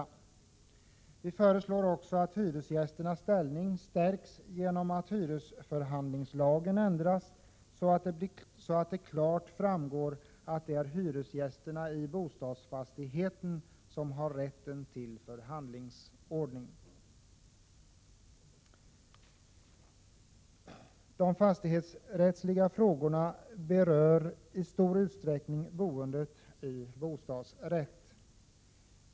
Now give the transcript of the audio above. e Vi föreslår att hyresgästernas ställning stärks genom att hyresförhandlingslagen ändras så att det klart framgår att det är hyresgästerna i en bostadsfastighet som har rätten till förhandlingsordning. De fastighetsrättsliga frågorna berör i stor utsträckning boendet i bostadsrätt.